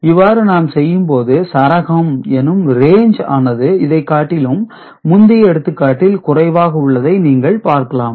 இவ்வாறு நாம் செய்யும்போது சரகம் எனும் ரேஞ்ச் ஆனது இதைக்காட்டிலும் முந்தைய எடுத்துக்காட்டில் குறைவாக உள்ளதை நீங்கள் பார்க்கலாம்